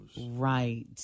right